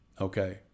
Okay